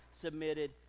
submitted